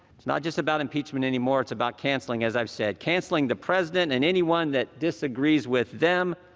it's not just about impeachment anymore. it's about canceling, as i've said canceling the president and anyone that disagrees with them.